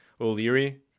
O'Leary